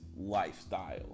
lifestyle